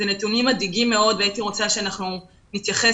אלו נתונים מדאיגים מאוד והייתי רוצה שאנחנו נתייחס